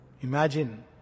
Imagine